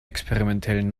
experimentellen